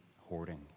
hoarding